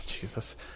Jesus